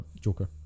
Joker